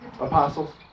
apostles